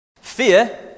Fear